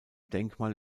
denkmal